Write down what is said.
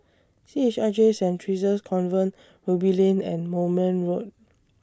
C H I J Saint Theresa's Convent Ruby Lane and Moulmein Road